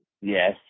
Yes